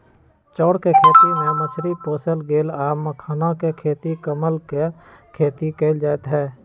चौर कें खेती में मछरी पोशल गेल आ मखानाके खेती कमल के खेती कएल जाइत हइ